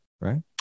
Right